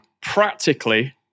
practically